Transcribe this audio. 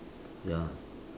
ya